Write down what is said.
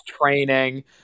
training